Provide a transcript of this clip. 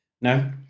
No